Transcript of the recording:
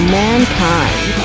mankind